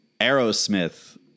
Aerosmith